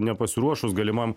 nepasiruošus galimam